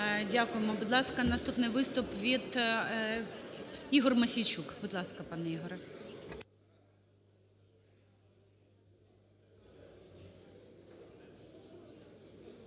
Дякуємо. Будь ласка, наступний виступ від… Ігор Мосійчук. Будь ласка, пане Ігорю.